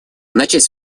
начать